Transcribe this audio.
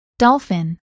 dolphin